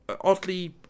oddly